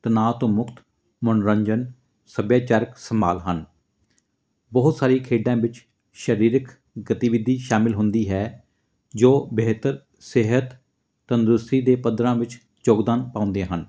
ਤਣਾਅ ਤੋਂ ਮੁਕਤ ਮਨੋਰੰਜਨ ਸੱਭਿਆਚਾਰਿਕ ਸਮਾਲ ਹਨ ਬਹੁਤ ਸਾਰੀ ਖੇਡਾਂ ਵਿੱਚ ਸਰੀਰਕ ਗਤੀਵਿਧੀ ਸ਼ਾਮਿਲ ਹੁੰਦੀ ਹੈ ਜੋ ਬਿਹਤਰ ਸਿਹਤ ਤੰਦਰੁਸਤੀ ਦੇ ਪੱਧਰਾਂ ਵਿੱਚ ਯੋਗਦਾਨ ਪਾਉਂਦੇ ਹਨ